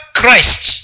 Christ